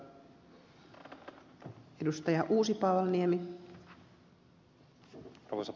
arvoisa puhemies